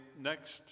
next